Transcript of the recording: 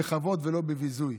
בכבוד ולא בביזוי,